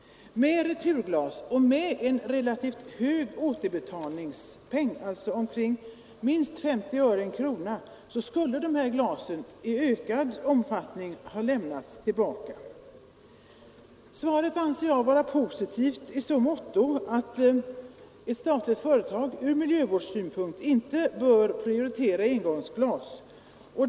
Om det hade rört sig om returglas med en relativt stor återbetalningspeng, alltså minst 50 öre eller 1 krona, skulle glasen i ökad utsträckning ha lämnats tillbaka. Ett statligt företag bör från miljövårdssynpunkt inte prioritera engångsglas.